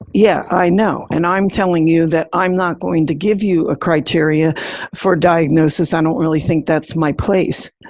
yeah, i know. and i'm telling you that i'm not going to give you a criteria for diagnosis. i don't really think that's my place.